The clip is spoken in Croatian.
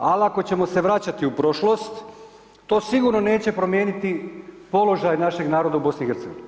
Ali, ako ćemo se vraćati u prošlost, to sigurno neće promijeniti položaj našeg naroda u BIH.